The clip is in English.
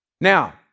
Now